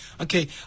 Okay